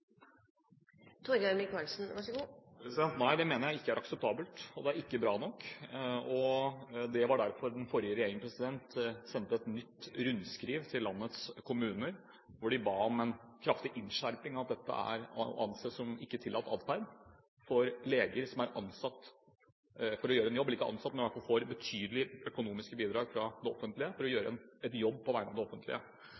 Nei, det jeg mener jeg ikke er akseptabelt, og det er ikke bra nok. Det var derfor den forrige regjeringen sendte et nytt rundskriv til landets kommuner hvor de ba om en kraftig innskjerping av at dette er å anse som ikke tillatt atferd for leger som får betydelige økonomiske bidrag fra det offentlige for å gjøre en jobb på vegne av det offentlige. Spørsmålet er: Hvis dette fortsatt er et problem – og det